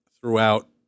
throughout